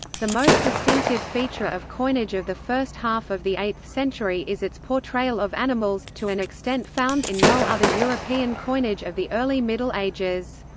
the most distinctive feature of coinage of the first half of the eighth century is its portrayal of animals, to an extent found in no other european coinage of the early middle ages.